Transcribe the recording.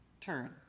turn